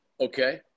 Okay